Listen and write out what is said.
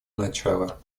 начала